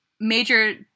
Major